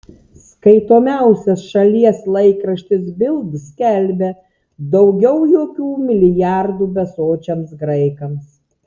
skaitomiausias šalies laikraštis bild skelbia daugiau jokių milijardų besočiams graikams